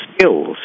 skills